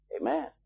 Amen